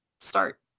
start